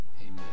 amen